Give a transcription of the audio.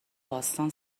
باستان